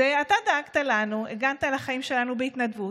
זה: אתה דאגת לנו, הגנת על החיים שלנו בהתנדבות,